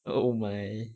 oh my